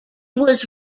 was